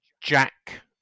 Jack